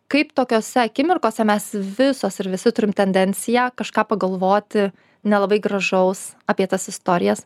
kaip tokiose akimirkose mes visos ir visi turim tendenciją kažką pagalvoti nelabai gražaus apie tas istorijas